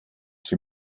chi